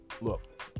look